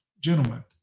Gentlemen